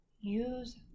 Use